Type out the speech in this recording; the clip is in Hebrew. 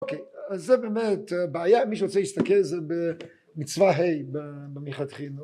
אוקיי אז זה באמת בעיה מי שרוצה להסתכל זה במצווה ה' במחתכים